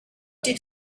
did